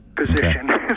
position